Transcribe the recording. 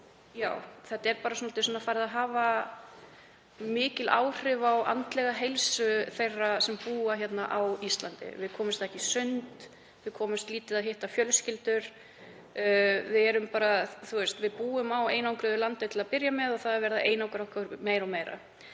og þetta er farið að hafa mikil áhrif á andlega heilsu þeirra sem búa á Íslandi. Við komumst ekki í sund, við komumst lítið til að hitta fjölskyldur og við búum á einangruðu landi til að byrja með og það er verið að einangra okkur meira og meira.